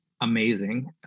amazing